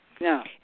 No